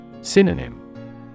Synonym